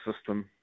system